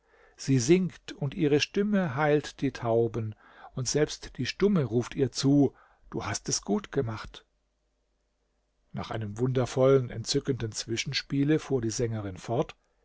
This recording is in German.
sie singt und ihre stimme heilt die tauben und selbst die stumme ruft ihr zu du hast es gut gemacht nach einem wundervollen entzückenden zwischenspiele fuhr die sängerin fort